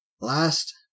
last